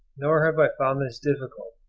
nor have i found this difficult,